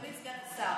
אדוני סגן השר,